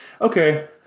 Okay